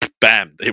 bam